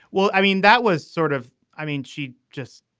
well, i mean, that was sort of i mean, she just.